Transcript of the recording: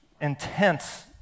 intense